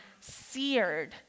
seared